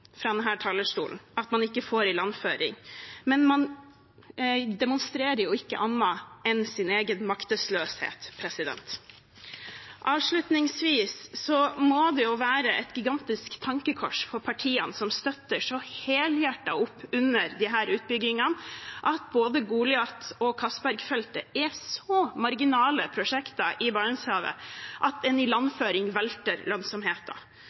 at man ikke får ilandføring. Men man demonstrerer ikke noe annet enn sin egen maktesløshet. Avslutningsvis: Det må være et gigantisk tankekors for partiene som så helhjertet støtter opp om disse utbyggingene, at både Goliat- og Johan Castberg-feltet er så marginale prosjekter i Barentshavet at en